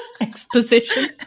Exposition